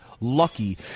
lucky